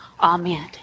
Amen